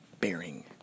Bearing